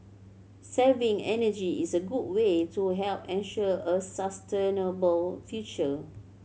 saving energy is a good way to help ensure a sustainable future